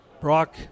Brock